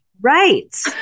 Right